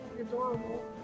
adorable